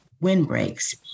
windbreaks